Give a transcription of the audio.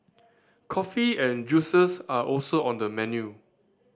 coffee and juices are also on the menu